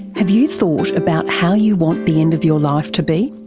have you thought about how you want the end of your life to be?